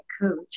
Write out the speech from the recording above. coach